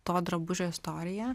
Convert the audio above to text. to drabužio istoriją